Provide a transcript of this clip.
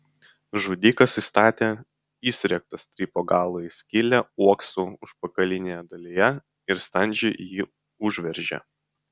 žudikas įstatė įsriegtą strypo galą į skylę uokso užpakalinėje dalyje ir standžiai jį užveržė